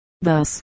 thus